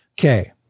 Okay